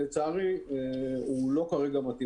ולצערי כרגע העיתוי לא מתאים.